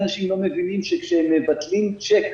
מבינים שכאשר מבטלים צ'ק,